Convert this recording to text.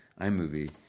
iMovie